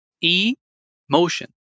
E-motion